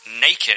naked